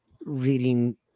Reading